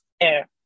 air